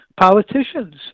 politicians